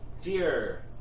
dear